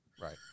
Right